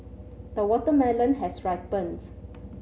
the watermelon has ripened